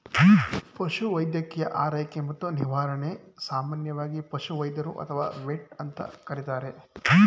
ಪಶುವೈದ್ಯಕೀಯ ಆರೈಕೆ ಮತ್ತು ನಿರ್ವಹಣೆನ ಸಾಮಾನ್ಯವಾಗಿ ಪಶುವೈದ್ಯರು ಅಥವಾ ವೆಟ್ ಅಂತ ಕರೀತಾರೆ